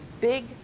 big